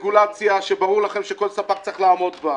הרגולציה, שברור לכם שכל ספק צריך לעמוד בה,